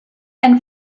and